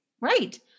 Right